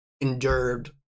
endured